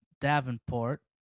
Davenport